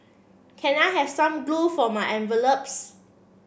can I have some glue for my envelopes